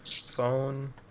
phone